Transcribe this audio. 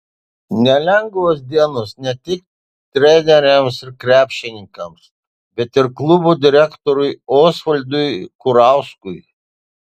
nelengvos dienos ne tik treneriams ir krepšininkams bet ir klubo direktoriui osvaldui kurauskui